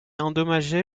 endommagé